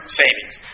savings